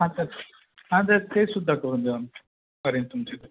हां तर हां ते तेसुद्धा करून देऊ आम्ही अरेंज तुमच्यासाठी